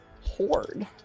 Horde